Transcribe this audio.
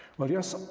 well, yes,